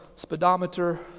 Speedometer